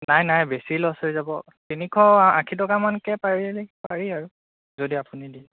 নাই নাই বেছি লছ হৈ যাব তিনিশ আশী টকামানকৈ পাৰিলে পাৰি আৰু যদি আপুনি দিয়ে